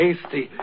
hasty